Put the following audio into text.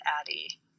Addie